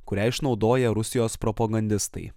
kurią išnaudoja rusijos propagandistai